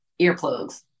earplugs